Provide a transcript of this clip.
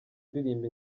uririmba